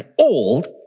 old